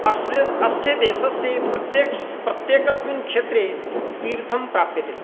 अस्य अस्य देशस्य प्रत्येक् प्रत्येकस्मिन् क्षेत्रे तीर्थं प्राप्यते